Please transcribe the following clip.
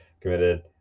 committed